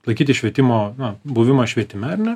laikyti švietimo buvimą švietime ar ne